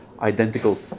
identical